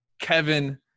Kevin